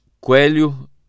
Coelho